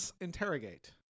interrogate